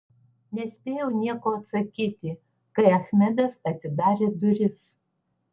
nespėjau nieko atsakyti kai achmedas atidarė duris